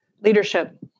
Leadership